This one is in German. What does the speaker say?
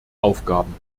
aufgaben